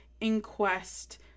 inquest